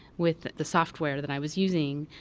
with the software that i was using,